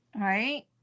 Right